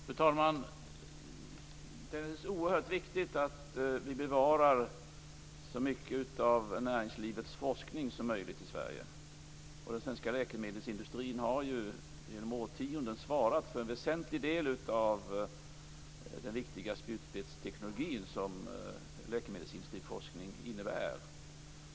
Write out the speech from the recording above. Fru talman! Det är naturligtvis oerhört viktigt att vi bevarar så mycket som möjligt av näringslivets forskning i Sverige, och den svenska läkemedelsindustrin har ju genom årtionden svarat för en väsentlig del av den viktiga spjutspetsteknologi som läkemedelsteknisk forskning bygger på.